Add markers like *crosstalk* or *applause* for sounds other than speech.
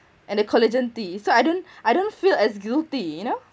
and the collagen tea so I don't *breath* I don't feel as guilty you know